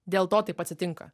dėl to taip atsitinka